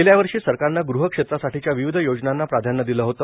गेल्यावर्षी सरकारने गृहक्षेत्रासाठीच्या विविध योजनांना प्राधान्य दिले होते